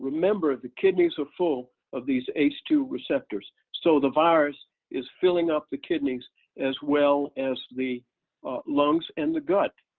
remember the kidneys are full of these ace two receptors. so the virus is filling up the kidneys as well as the lungs and the gut.